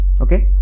okay